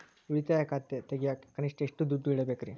ಉಳಿತಾಯ ಖಾತೆ ತೆಗಿಯಾಕ ಕನಿಷ್ಟ ಎಷ್ಟು ದುಡ್ಡು ಇಡಬೇಕ್ರಿ?